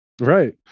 right